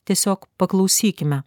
tiesiog paklausykime